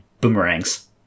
boomerangs